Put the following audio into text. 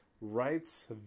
writes